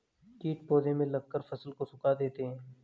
कीट पौधे में लगकर फसल को सुखा देते हैं